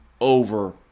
over